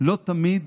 לא תמיד